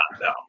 no